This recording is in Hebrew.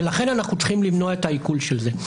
ולכן אנחנו צריכים למנוע את העיקול של זה.